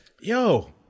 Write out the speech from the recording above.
Yo